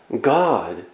God